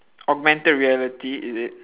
augmented reality is it